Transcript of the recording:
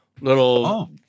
little